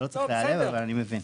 לא צריך להיעלב אבל אני מבין.